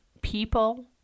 people